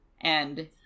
And-